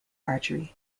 archery